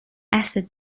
acid